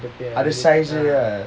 ada size dia ah